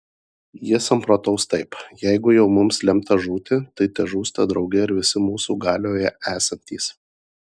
jie samprotaus taip jeigu jau mums lemta žūti tai težūsta drauge ir visi mūsų galioje esantys